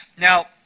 now